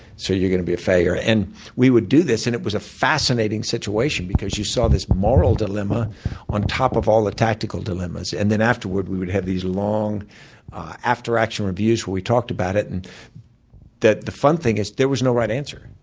so you're going to be a failure. and we would do this, and it was a fascinating situation because you saw this moral dilemma on top of all the tactical dilemmas. and afterwards, we would have these long after-action reviews where we talked about it. and the the funny thing is, there was no right answer.